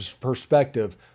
perspective